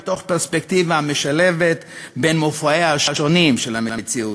פרספקטיבה המשלבת בין מופעיה השונים של המציאות: